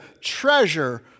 treasure